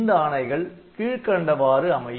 இந்த ஆணைகள் கீழ்க்கண்டவாறு அமையும்